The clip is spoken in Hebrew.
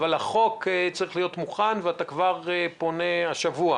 אבל החוק צריך להיות מוכן ואתה פונה כבר השבוע